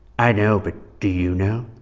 i know, but do you know?